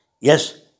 Yes